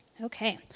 Okay